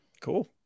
cool